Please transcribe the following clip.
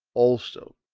also,